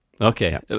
Okay